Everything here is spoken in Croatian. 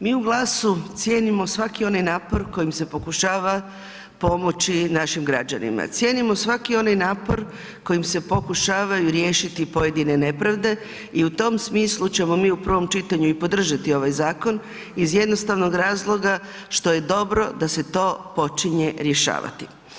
Mi u GLAS-u cijenimo svaki onaj napor kojim se pokušava pomoći našim građanima, cijenimo svaki onaj napor kojim se pokušavaju riješiti pojedine nepravde i u tom smislu ćemo mi u prvom čitanju i podržati ovaj zakon iz jednostavnog razloga što je dobro da se to počinje rješavati.